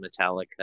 Metallica